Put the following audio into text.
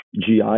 GI